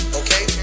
okay